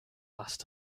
last